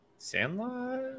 Sandlot